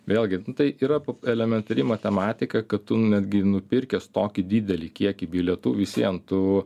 vėlgi tai yra elementari matematika kad tu netgi nupirkęs tokį didelį kiekį bilietų vis vien tu